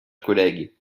collègue